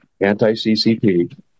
anti-CCP